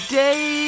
day